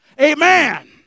Amen